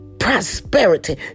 prosperity